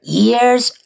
years